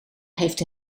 heeft